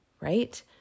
right